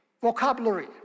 vocabulary